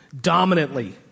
dominantly